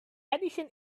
edition